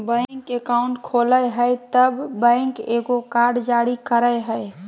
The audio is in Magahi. बैंक अकाउंट खोलय हइ तब बैंक एगो कार्ड जारी करय हइ